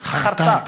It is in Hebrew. חרתה.